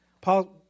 Paul